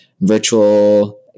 virtual